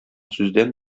сүздән